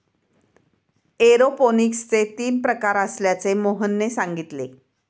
एरोपोनिक्सचे तीन प्रकार असल्याचे मोहनने सांगितले